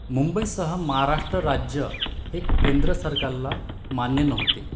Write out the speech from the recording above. मुंबईसह महाराष्ट्र राज्य हे केंद्र सरकारला मान्य नव्हते